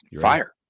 Fire